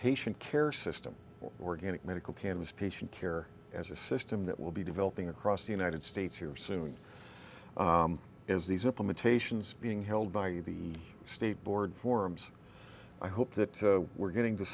patient care system or organic medical cannabis patient care as a system that will be developing across the united states here soon as these implementations being held by the state board forms i hope that we're getting to